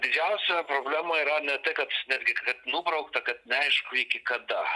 didžiausia problema yra ne tai kad netgi kad nubraukta kad neaišku iki kada